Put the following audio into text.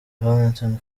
valentine